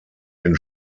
den